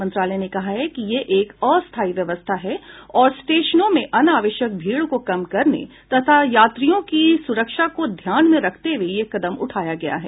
मंत्रालय ने कहा है कि यह एक अस्थाई व्यवस्था है और स्टेशनों में अनावश्यक भीड़ को कम करने तथा यात्रियों की सुरक्षा को ध्यान में रखते हुए यह कदम उठाया गया है